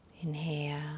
Inhale